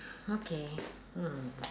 okay mm